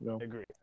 Agree